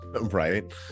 Right